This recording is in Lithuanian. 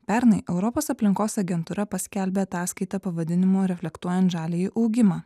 pernai europos aplinkos agentūra paskelbė ataskaitą pavadinimu reflektuojant žaliąjį augimą